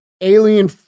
alien